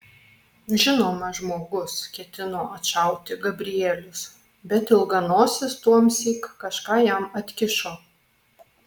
žinoma žmogus ketino atšauti gabrielius bet ilganosis tuomsyk kažką jam atkišo